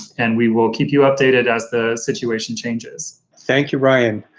and we will keep you updated as the situation changes. thank you, ryan.